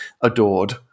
adored